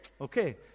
Okay